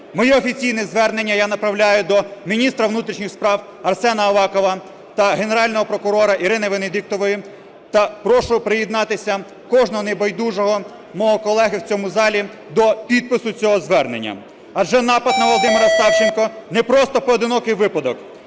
Моє офіційне звернення я направляю до міністра внутрішніх справ Арсена Авакова та Генерального прокурора Ірини Венедіктової. Та прошу приєднатися кожного небайдужого мого колеги в цьому залі до підпису цього звернення. Адже напад на Володимира Савченка не просто поодинокий випадок,